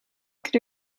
could